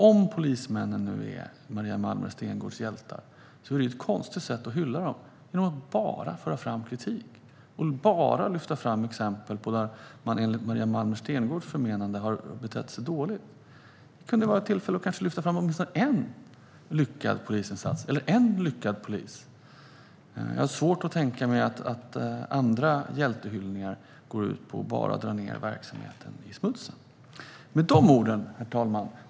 Om poliserna nu är Maria Malmer Stenergards hjältar har hon ett konstigt sätt att hylla dem. Hon för bara fram kritik och lyfter endast fram exempel på när polisen, enligt hennes förmenande, har betett sig dåligt. Det här hade kunnat vara ett tillfälle att lyfta fram åtminstone en lyckad polisinsats eller en lyckad polis. Jag har svårt att tänka mig att andra hjältehyllningar bara går ut på att dra ned verksamheten i smutsen. Herr talman!